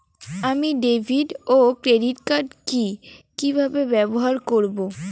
আমি ডেভিড ও credit card কি কিভাবে ব্যবহার করব?